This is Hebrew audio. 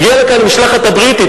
הגיעה לכאן המשלחת הבריטית,